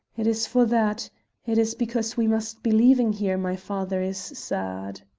it is for that it is because we must be leaving here my father is sad.